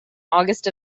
august